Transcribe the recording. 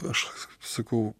aš sakau